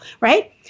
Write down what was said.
Right